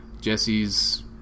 Jesse's